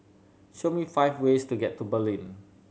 show me five ways to get to Berlin